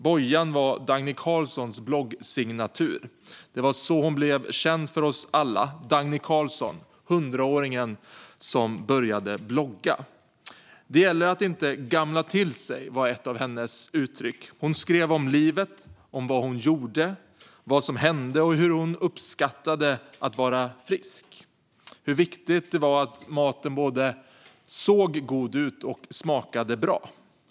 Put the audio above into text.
Bojan var Dagny Carlssons bloggsignatur. Det var så hon blev känd för oss alla. Dagny Carlsson - 100-åringen som började blogga. Det gäller att inte gamla till sig, var ett av hennes uttryck. Hon skrev om livet, om vad hon gjorde, vad som hände, hur hon uppskattade att vara frisk och hur viktigt det var att maten både såg god ut och smakade bra.